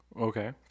Okay